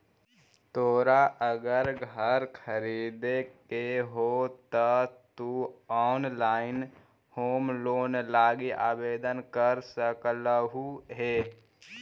तोरा अगर घर खरीदे के हो त तु ऑनलाइन होम लोन लागी आवेदन कर सकलहुं हे